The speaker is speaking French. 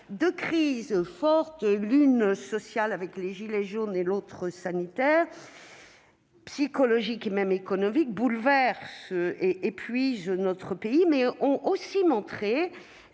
Deux crises fortes, l'une sociale- les « gilets jaunes » -et l'autre sanitaire, psychologique et économique, ont bouleversé et épuisé notre pays, mais elles ont aussi montré